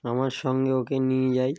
আমার সঙ্গে ওকে নিয়ে যাই